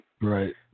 Right